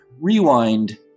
rewind